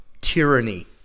tyranny